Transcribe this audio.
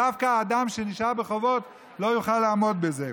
דווקא אדם שנשאר בחובות לא יוכל לעמוד בזה.